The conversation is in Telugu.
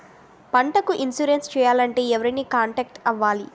పంటకు ఇన్సురెన్స్ చేయాలంటే ఎవరిని కాంటాక్ట్ అవ్వాలి?